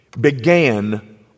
began